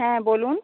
হ্যাঁ বলুন